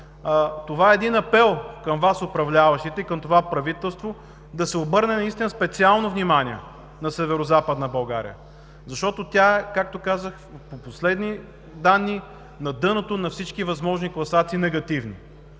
това е един апел към Вас, управляващите и към това правителство, да се обърне специално внимание на Северозападна България, защото тя, както казах, по последни данни е на дъното на всички възможни негативни